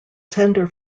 tender